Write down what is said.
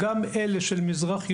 של מזרח ירושלים,